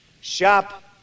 Shop